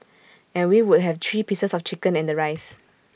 and we would have three pieces of chicken and the rice